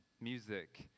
music